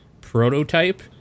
prototype